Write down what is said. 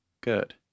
Good